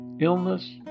illness